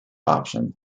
option